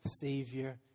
Savior